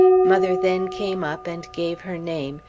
mother then came up and gave her name,